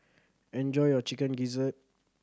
enjoy your Chicken Gizzard